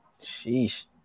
Sheesh